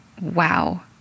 Wow